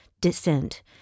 descent